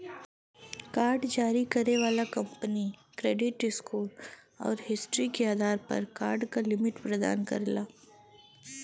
card जारी करे वाला कंपनी क्रेडिट स्कोर आउर हिस्ट्री के आधार पर कार्ड क लिमिट प्रदान करला